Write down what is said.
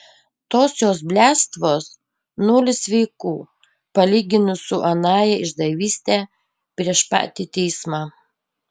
tos jos bliadstvos nulis sveikų palyginus su anąja išdavyste prieš patį teismą